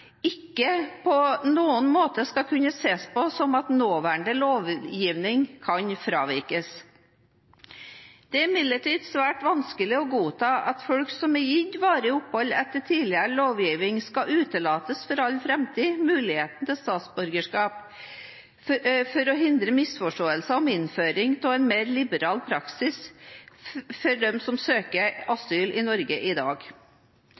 ikke på noen måte skal kunne ses på som at nåværende lovgivning kan fravikes. Det er imidlertid svært vanskelig å godta at mennesker som er gitt varig opphold etter tidligere lovgivning, skal utelates for all framtid fra muligheten til statsborgerskap for å hindre misforståelser om innføring av en mer liberal praksis for dem som søker asyl i Norge i dag.